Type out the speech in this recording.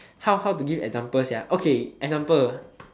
how to give example okay example